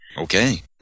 Okay